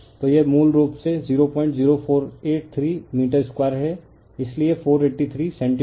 तो यह मूल रूप से 00483 मीटर2 है इसलिए483 सेंटीमीटर2 हैं